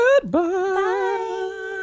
Goodbye